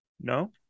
no